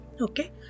okay